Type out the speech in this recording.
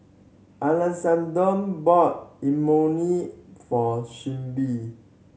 Alessandro bought Imoni for Shelbi